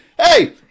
Hey